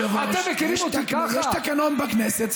אדוני היושב-ראש, יש תקנון בכנסת.